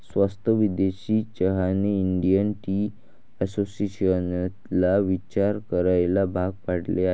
स्वस्त विदेशी चहाने इंडियन टी असोसिएशनला विचार करायला भाग पाडले आहे